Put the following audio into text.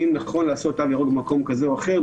אם נכון לעשות תו ירוק במקום כאיזה או אחר,